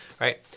Right